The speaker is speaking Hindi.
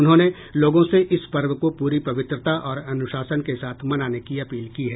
उन्होंने लोगों से इस पर्व को प्ररी पवित्रता और अनुशासन के साथ मनाने की अपील की है